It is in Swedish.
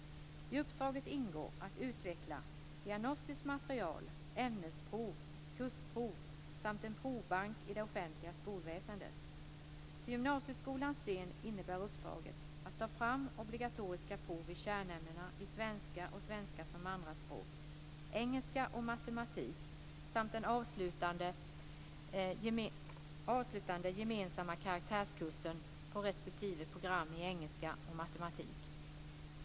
I uppdraget ingår att utveckla diagnostiskt material, ämnesprov, kursprov samt en provbank i det offentliga skolväsendet. För gymnasieskolans del innebär uppdraget att ta fram obligatoriska prov i kärnämnena i svenska och svenska som andraspråk, engelska och matematik samt den avslutande gemensamma karaktärsämneskursen på respektive program i engelska och matematik.